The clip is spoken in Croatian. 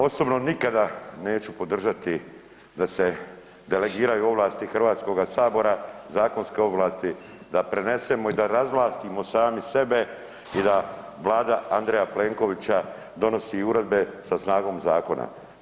Osobno nikada neću podržati da se delegiraju ovlasti Hrvatskoga sabora, zakonske ovlasti da prenesemo i da razvlastimo sami sebe i da Vlada Andreja Plenkovića donosi uredbe sa snagom zakona.